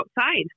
outside